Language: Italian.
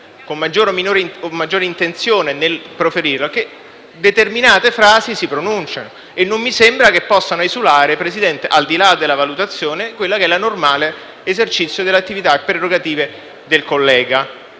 con maggiore o minore intenzione nel proferirle - si pronunciano e non mi sembra che possano esulare, Presidente (al di là di una valutazione), da quello che è il normale esercizio dell'attività e delle prerogative del collega.